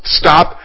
stop